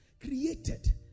Created